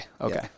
Okay